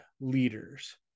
leaders